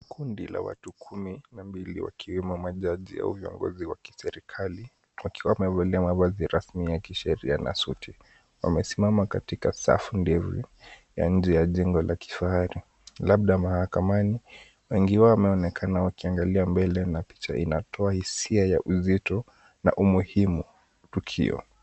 Kundi la watu kumi na mbili wakiwemo majaji au waongozi wa kiserikali wakiwa wamevalia mavazi rasmi ya kisheria na suti, wamesimama katika safu ndefu ya nje ya jengo la kifahari. Labda mahakamani, wengi wao wameonekana wakiangalia mbele na picha inatoa hisia ya uzito na umuhimu tukio.